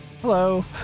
Hello